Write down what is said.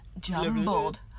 Jumbled